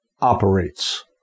operates